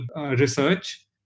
research